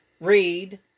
read